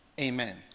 Amen